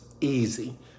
easy